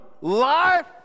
life